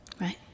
Right